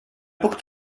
booked